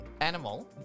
animal